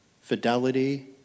fidelity